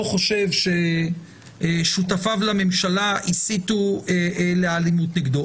חושב ששותפיו לממשלה הסיתו לאלימות נגדו,